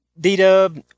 D-Dub